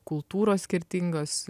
kultūros skirtingos